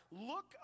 look